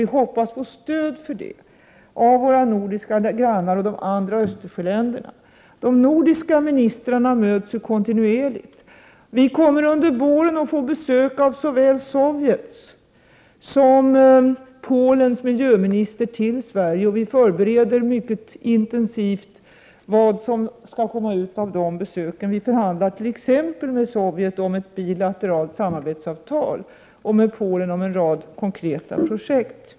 Vi hoppas få stöd för det av våra nordiska grannar och de andra Östersjöländerna. De nordiska ministrarna möts ju kontinuerligt. Vi kommer under våren att här i Sverige få besök av såväl Sovjets som Polens miljöministrar. Vad de besöken skall resultera i förbereds mycket intensivt. Vi förhandlar t.ex. med Sovjet om ett bilateralt samarbetsavtal och med Polen om en rad konkreta projekt.